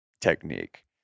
technique